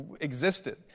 existed